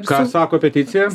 ką sako peticija